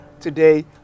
today